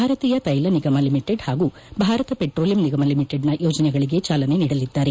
ಭಾರತೀಯ ತೈಲ ನಿಗಮ ಲಿಮಿಟೆಡ್ ಹಾಗೂ ಭಾರತ ಪೆಟ್ರೋಲಿಯಂ ನಿಗಮ ಲಿಮಿಟೆಡ್ನ ಯೋಜನೆಗಳಿಗೆ ಚಾಲನೆ ನೀಡಲಿದ್ದಾರೆ